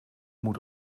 moet